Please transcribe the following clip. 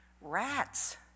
Rats